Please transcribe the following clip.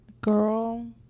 girl